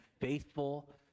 faithful